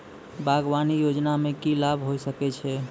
बागवानी योजना मे की लाभ होय सके छै?